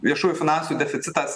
viešųjų finansų deficitas